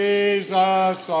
Jesus